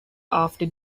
after